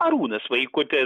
arūnas vaikutis